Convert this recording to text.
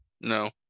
No